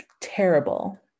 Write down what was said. terrible